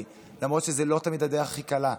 למרות שזה לא תמיד הדרך הכי קלה.